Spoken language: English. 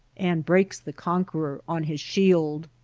and breaks the conqueror on his shield!